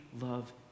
love